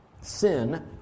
sin